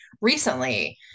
recently